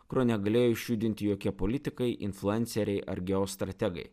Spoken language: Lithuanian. kurio negalėjo išjudinti jokie politikai influenceriai ar geostrategai